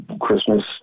Christmas